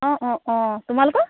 অঁ অঁ অঁ তোমালোকৰ